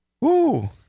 Woo